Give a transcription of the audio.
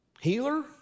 Healer